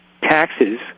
taxes